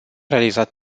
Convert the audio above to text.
realizat